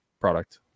product